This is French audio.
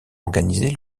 organisés